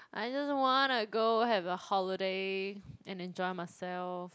I just wanna go have a holiday and enjoy myself